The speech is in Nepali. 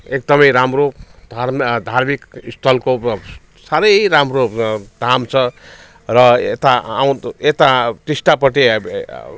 एकदमै राम्रो धर धार्मिक स्थलको अब साह्रै राम्रो धाम छ र यता आउँदो यता टिस्टापट्टि अब